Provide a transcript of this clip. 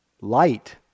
light